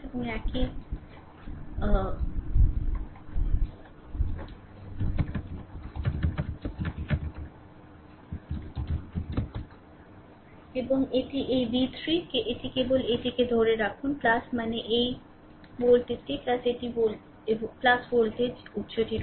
এবং একইভাবে এই ভোল্টেজ r এবং এটি এই v 3 এটি কেবল এইটিকে ধরে রাখুন মানে এই ভোল্টেজটি এটি ভোল্টেজ উত্সটি রয়েছে